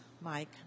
Mike